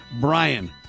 Brian